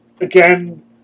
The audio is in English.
again